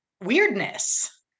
weirdness